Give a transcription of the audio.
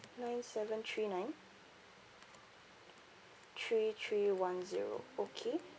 nine seven three nine three three one zero okay